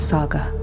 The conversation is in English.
Saga